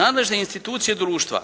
Nadležne institucije društva